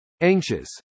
Anxious